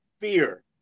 fear